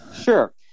sure